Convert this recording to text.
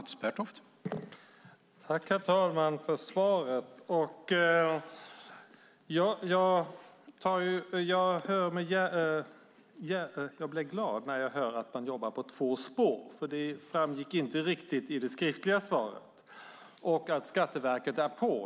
Herr talman! Tack för svaret! Jag blir glad när jag hör att man jobbar på två spår och att Skatteverket är på. Det framgick inte riktigt i det skriftliga svaret.